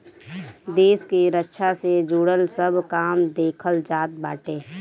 देस के रक्षा से जुड़ल सब काम देखल जात बाटे